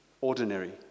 ordinary